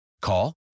Call